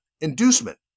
inducement